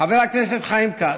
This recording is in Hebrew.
חבר הכנסת חיים כץ,